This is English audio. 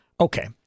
Okay